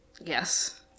Yes